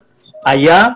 הייתה,